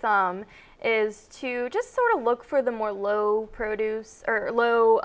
thumb is to just sort of look for the more low produce or low